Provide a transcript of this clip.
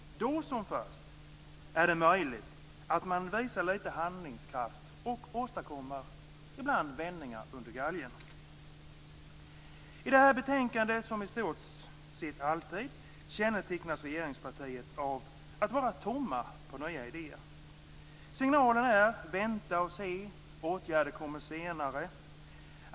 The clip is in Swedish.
Då som först är det möjligt att man visar lite handlingskraft och ibland under galgen åstadkommer vändningar. I detta betänkande, som i stort sett alltid, kännetecknas regeringspartiet av att sakna nya idéer. Signalen är: vänta och se, åtgärder kommer senare.